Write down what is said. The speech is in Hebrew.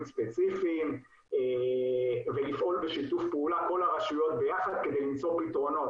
ספציפיים ולפעול בשיתוף פעולה כל הרשויות ביחד כדי למצוא פתרונות,